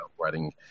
writing